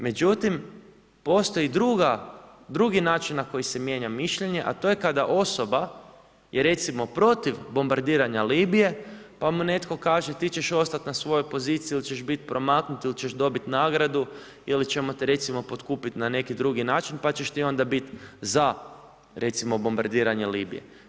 Međutim, postoji drugi način na koji se mijenja mišljenje, a to je kada osoba je recimo protiv bombadiranje Libije, pa mu netko kaže, ti ćeš ostati na svojoj poziciji ili ćeš biti promaknut ili ćeš dobiti nagradu ili ćemo te recimo potkupiti na neki drugi način, pa ćeš ti onda biti za recimo bombadiranje Libije.